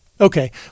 Okay